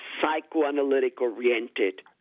psychoanalytic-oriented